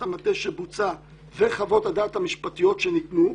המטה שבוצעה וחוות הדעת המשפטיות שניתנו,